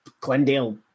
Glendale